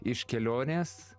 iš kelionės